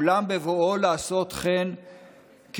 אולם בבואו לעשות כן,